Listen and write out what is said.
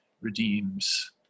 redeems